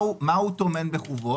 מה הוא טומן בחובו?